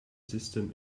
system